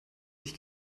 sich